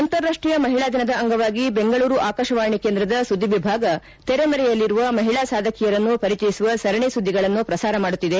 ಅಂತಾರಾಷ್ಟೀಯ ಮಹಿಳಾ ದಿನದ ಅಂಗವಾಗಿ ಬೆಂಗಳೂರು ಆಕಾಶವಾಣಿ ಕೇಂದ್ರದ ಸುದ್ದಿ ವಿಭಾಗ ತೆರೆಮರೆಯಲ್ಲಿರುವ ಮಹಿಳಾ ಸಾಧಕಿಯರನ್ನು ಪರಿಚಯಿಸುವ ಸರಣಿ ಸುದ್ದಿಗಳನ್ನು ಪ್ರಸಾರ ಮಾಡುತ್ತಿದೆ